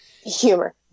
humor